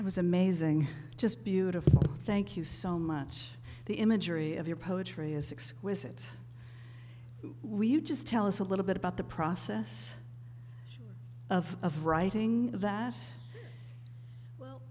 it was amazing just beautiful thank you so much the imagery of your poetry is exquisite when you just tell us a little bit about the process of of writing that well